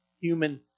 human